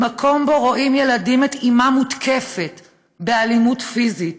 במקום שבו ילדים רואים את אימם מותקפת באלימות פיזית,